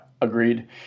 agreed